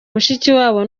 mushikiwabo